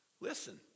Listen